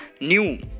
new